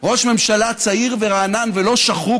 ראש ממשלה צעיר ורענן ולא שחוק,